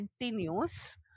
continues